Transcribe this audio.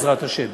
בעזרת השם.